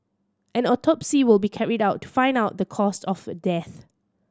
an autopsy will be carried out to find out the caused of death